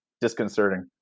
disconcerting